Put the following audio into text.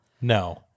No